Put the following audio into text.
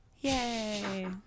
Yay